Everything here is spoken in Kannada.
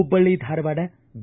ಹುಬ್ಬಳ್ಳಿ ಧಾರವಾಡ ಬಿ